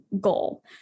goal